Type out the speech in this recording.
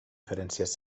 diferències